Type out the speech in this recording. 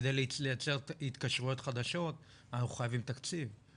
כדי לייצר התקשרויות חדשות אנחנו חייבים תקציב,